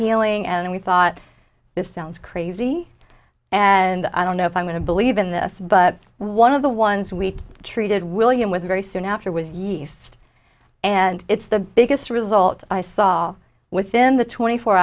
healing and we thought this sounds crazy and i don't know if i'm going to believe in this but one of the ones we treated william was very soon after was yeast and it's the biggest result i saw within the twenty four